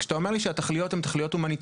כאשר אתה אומר לי שהתכליות הן תכליות הומניטריות,